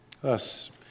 Thus